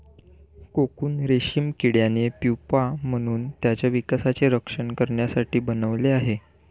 cocoon रेशीम किड्याने pupa म्हणून त्याच्या विकासाचे रक्षण करण्यासाठी बनवले आहे